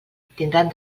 tindran